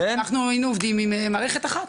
אנחנו היינו עובדים עם מערכת אחת.